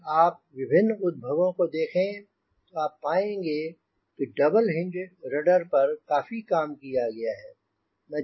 अगर आप विभिन्न उद्भवों को देखें तो आप पाएंँगे कि डबल हिन्ज रडर पर काफी काम किया गया है